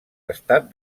estat